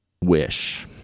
wish